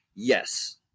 Yes